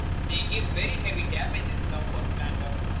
they give very heavy damages now for slander.